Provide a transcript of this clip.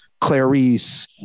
Clarice